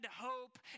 hope